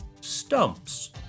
Stumps